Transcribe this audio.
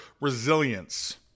resilience